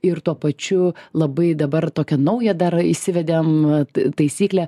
ir tuo pačiu labai dabar tokią naują dar įsivedėm tai taisyklę